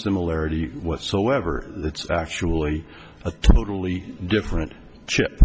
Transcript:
similarity whatsoever it's actually a totally different chip